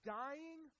dying